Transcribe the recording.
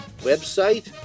Website